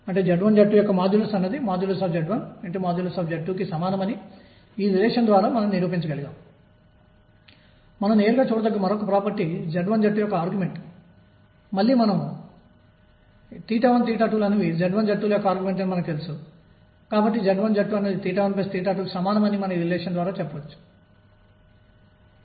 కాబట్టి ఇప్పుడు కుడి నుండి ఎడమకు వెళుతున్నప్పుడు p ఋణాత్మకంగా ఉంటుంది మరియు dx కూడా ఋణాత్మకంగా ఉంటుంది కుడి నుండి ఎడమకు వెళుతున్నప్పుడు p ధనాత్మకంగా ఉంటుంది మరియు dx కూడా ధనాత్మకంగా ఉంటుంది